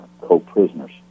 co-prisoners